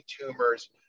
tumors